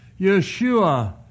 Yeshua